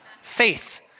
Faith